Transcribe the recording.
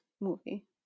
movie